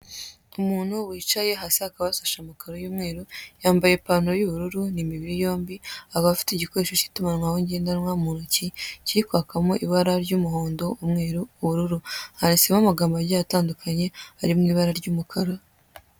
Umuntu wicaye hasi hakaba hasashe amakara y'umweru, yambaye ipantaro y'ubururu ni imibiri yombi akaba afite igikoresho cy'itumanaho ngendanwa mu ntoki kiri kwakamo ibara ry'umuhondo, umweru, ubururu handitsemo amagambo agiye atandukanye ari mu ibara ry'umukara.